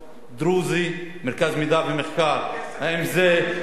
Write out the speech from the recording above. דרוזי, מרכז מידע ומחקר, האם זה רע?